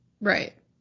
Right